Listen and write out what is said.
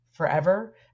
forever